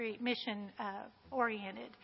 mission-oriented